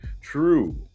true